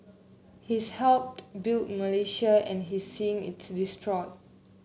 he's helped built Malaysia and he seeing it's destroy